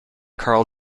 karl